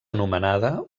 anomenada